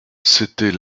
c’était